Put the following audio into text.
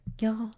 Y'all